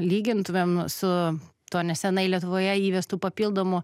lygintumėm su tuo nesenai lietuvoje įvestu papildomu